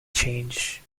change